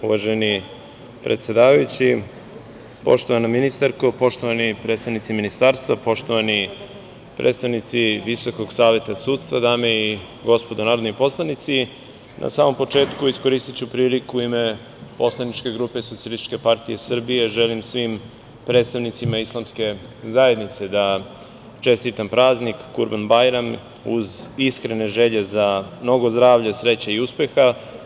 Uvaženi predsedavajući, poštovana ministarko, poštovani predstavnici Ministarstva, poštovani predstavnici Visokog saveta sudstva, dame i gospodo narodni poslanici, na samom početku iskoristiću priliku u i ime poslaničke grupe Socijalističke partije Srbije svim predstavnicima islamske zajednice da čestitam praznik Kurban-bajram, uz iskrene želje za mnogo zdravlja, sreće i uspeha.